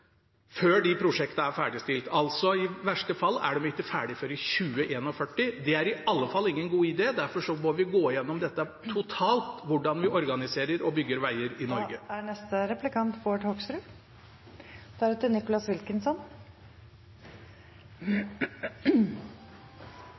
før de prosjektene er ferdigstilt. I verste fall er de altså ikke ferdige før i 2041. Det er i alle fall ingen god idé. Derfor må vi totalt gå igjennom hvordan vi organiserer og bygger veier i Norge. En ting som i hvert fall er